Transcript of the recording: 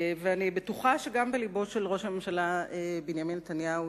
אני בטוחה שגם בלבו של ראש הממשלה בנימין נתניהו,